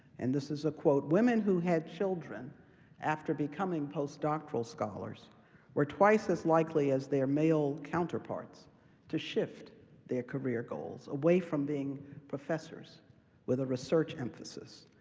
and this is a quote, women who had children after becoming postdoctoral scholars were twice as likely as their male counterparts to shift their career goals away from being professors with a research emphasis,